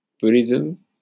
Buddhism